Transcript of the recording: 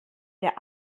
der